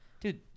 dude